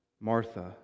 Martha